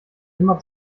immer